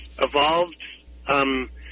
evolved